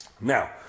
Now